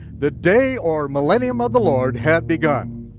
the day or millennium of the lord had begun.